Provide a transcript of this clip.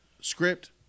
Script